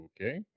okay